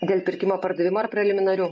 dėl pirkimo pardavimo ar preliminarių